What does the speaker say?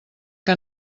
que